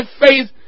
faith